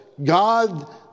God